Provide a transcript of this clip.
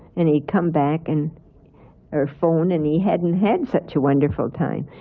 and he'd come back and or phone, and he hadn't had such a wonderful time.